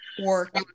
work